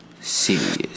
serious